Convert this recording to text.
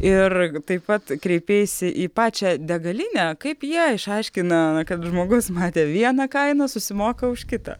ir taip pat kreipeisi į pačią degalinę kaip jie išaiškina kad žmogus matė vieną kainą susimoka už kitą